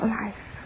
life